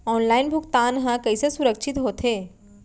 Online भुगतान हा कइसे सुरक्षित होथे?